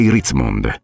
Ritzmond